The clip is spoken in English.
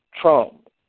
Trump